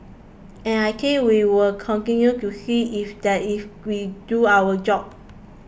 and I think we will continue to see if that if we do our job